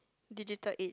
digital age